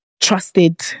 trusted